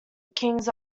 kings